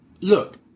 look